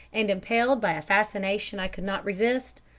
and, impelled by a fascination i could not resist,